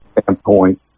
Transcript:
standpoint